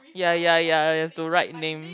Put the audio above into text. ya ya ya you have to write name